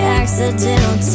accidental